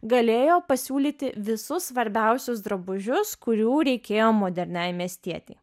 galėjo pasiūlyti visus svarbiausius drabužius kurių reikėjo moderniai miestietei